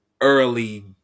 early